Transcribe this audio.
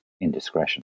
indiscretion